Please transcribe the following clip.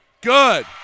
good